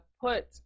put